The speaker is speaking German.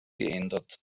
geändert